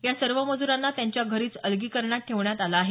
या सर्व मजूरांना त्यांच्या घरीच अलगीकरणात ठेवण्यात आलं आहे